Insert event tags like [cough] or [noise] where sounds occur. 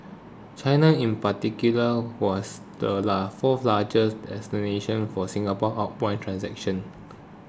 China in particular was the [unintelligible] fourth largest destination for Singapore outbound transactions